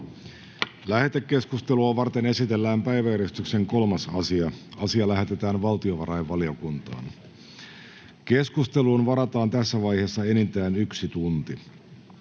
Lähetekeskustelua varten esitellään päiväjärjestyksen 3. asia. Asia lähetetään valtiovarainvaliokuntaan. Keskusteluun varataan tässä vaiheessa enintään yksi tunti.